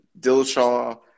dillashaw